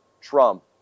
Trump